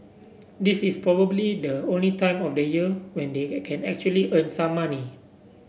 this is probably the only time of the year when they can actually earn some money